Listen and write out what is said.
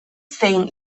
zein